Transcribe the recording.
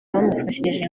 bamufashije